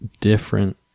different